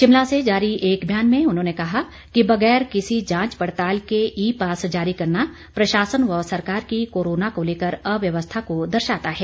शिमला से जारी एक बयान में उन्होंने कहा है कि बगैर किसी जांच पड़ताल के ई पास जारी करना प्रशासन व सरकार की कोरोना को लेकर अव्यवस्था को दर्शाता है